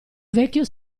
vecchio